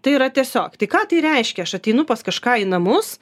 tai yra tiesiog tai ką tai reiškia aš ateinu pas kažką į namus